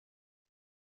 they